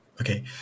Okay